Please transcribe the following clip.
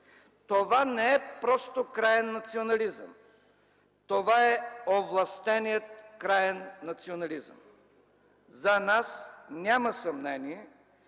това не е просто краен национализъм, това е овластеният краен национализъм! За нас няма съмнение,